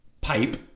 pipe